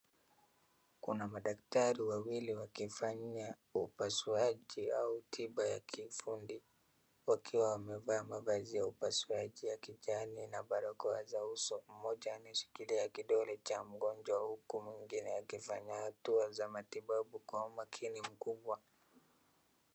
Kuna madaktari wawili wakifanya upasuaji au tiba ya kiufundi, wakiwa wamevaa mavazi ya upasuaji ya kijani na barakoa za uso. Mmoja ameshikilia kidole cha mgonjwa huku mwingine akifanya hatua za matibabu kwa umakini mkubwa.